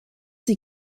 sie